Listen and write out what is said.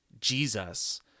Jesus